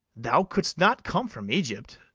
thou couldst not come from egypt,